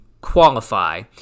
qualify